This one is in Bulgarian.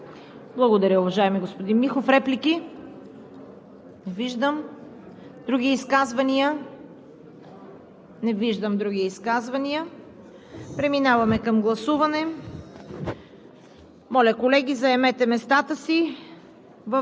ще даде своите резултати още следващата година. Апелирам към отговорно патриотично отношение и гласуване на този законопроект. Благодаря Ви. ПРЕДСЕДАТЕЛ ЦВЕТА КАРАЯНЧЕВА: Благодаря, уважаеми господин Михов. Реплики? Не виждам. Други изказвания?